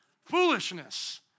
Foolishness